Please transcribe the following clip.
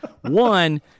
one